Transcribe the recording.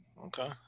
okay